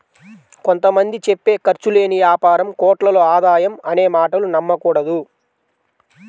కొంత మంది చెప్పే ఖర్చు లేని యాపారం కోట్లలో ఆదాయం అనే మాటలు నమ్మకూడదు